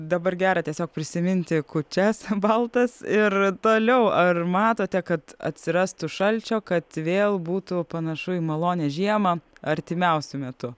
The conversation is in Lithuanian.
dabar gera tiesiog prisiminti kūčias baltas ir toliau ar matote kad atsirastų šalčio kad vėl būtų panašu į malonią žiemą artimiausiu metu